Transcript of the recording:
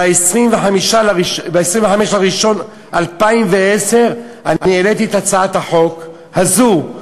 ב-25 בינואר 2010 אני העליתי את הצעת החוק הזאת,